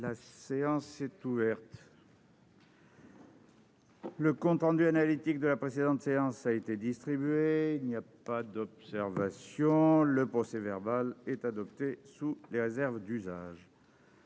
La séance est ouverte. Le compte rendu analytique de la précédente séance a été distribué. Il n'y a pas d'observation ?... Le procès-verbal est adopté sous les réserves d'usage.